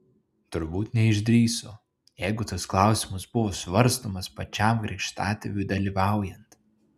turbūt neišdrįso jeigu tas klausimas buvo svarstomas pačiam krikštatėviui dalyvaujant